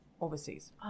Overseas